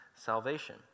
salvation